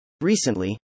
Recently